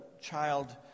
child